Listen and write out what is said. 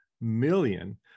million